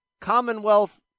Commonwealth